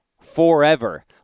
forever